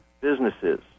businesses